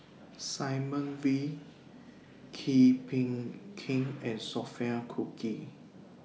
Simon Wee Kee Bee Khim and Sophia Cooke